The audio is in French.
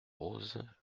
roses